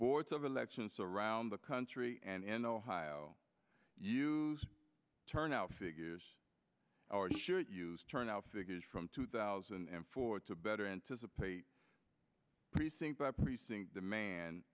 boards of elections around the country and ohio use turnout figures are sure use turnout figures from two thousand and four to better anticipate precinct by precinct demand